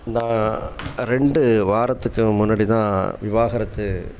நான் ரெண்டு வாரத்துக்கு முன்னாடி தான் விவாகரத்து